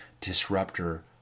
disruptor